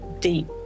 deep